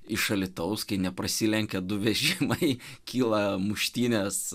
iš alytaus kai neprasilenkia du vežimai kyla muštynės